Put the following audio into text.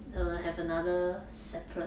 err have another separate